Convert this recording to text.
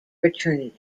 fraternity